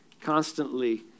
constantly